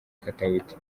katauti